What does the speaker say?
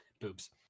boobs